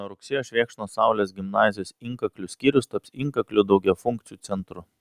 nuo rugsėjo švėkšnos saulės gimnazijos inkaklių skyrius taps inkaklių daugiafunkciu centru